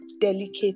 delicate